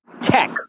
Tech